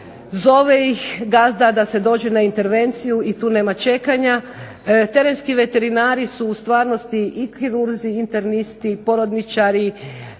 zove ih gazda da se dođe na intervenciju i tu nema čekanja. Terenski veterinari su u stvarnosti i kirurzi i internisti i porodničari